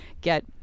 get